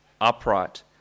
upright